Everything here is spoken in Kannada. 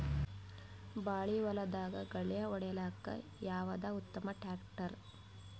ಬಾಳಿ ಹೊಲದಾಗ ಗಳ್ಯಾ ಹೊಡಿಲಾಕ್ಕ ಯಾವದ ಉತ್ತಮ ಟ್ಯಾಕ್ಟರ್?